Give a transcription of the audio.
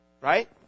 right